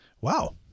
Wow